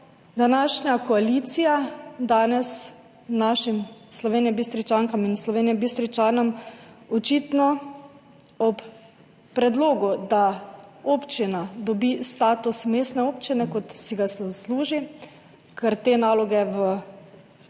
današnja koalicija danes Slovenjebistričankam in Slovenjebistričanom očitno ob predlogu, da občina dobi status mestne občine, kot si ga zasluži, ker te naloge v